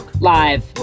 live